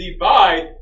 divide